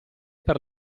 per